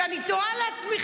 שאני תוהה לעצמי,